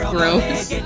Gross